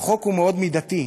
החוק מאוד מידתי,